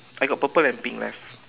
I got purple and pink left